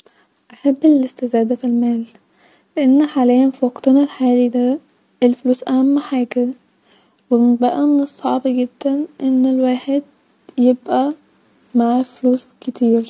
اني اكون بعرف اتكلم مع الحيوانات-لاني من الاشخاص المحبين للحيوانات جداا- احب اربي كلاب-قطط-بحب ال-الحيوانات عموما-والطيور بحس بالسعاده وانا معاهم-لما بكون مدايقه-بحب اقعد معاهم-بغير المود بتاعي اكتر